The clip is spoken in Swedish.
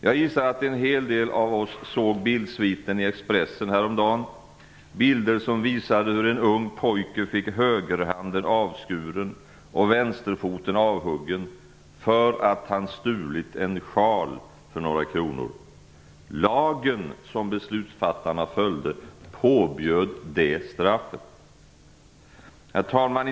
Jag gissar att en hel del av oss såg bildsviten i Expressen häromdagen. Det var bilder som visade hur en ung pojke fick högerhanden avskuren och vänsterfoten avhuggen för att han stulit en schal för några kronor. Lagen som beslutsfattarna följde påbjöd det straffet. Herr talman!